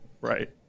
Right